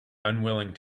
unwilling